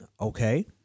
Okay